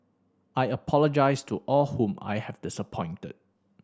I apologise to all whom I have disappointed